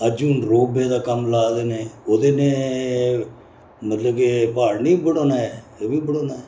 अज्ज हून ropeway दा कम्म लाए दा इ'नें ओह्दे कन्नै मतलब के प्हाड़ नेईं बढोना ऐ एह् बी बढोना ऐ